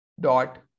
dot